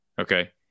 Okay